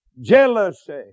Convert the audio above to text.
Jealousy